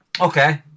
Okay